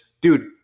dude